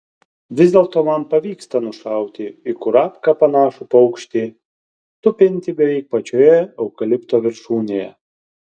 vis dėlto man pavyksta nušauti į kurapką panašų paukštį tupintį beveik pačioje eukalipto viršūnėje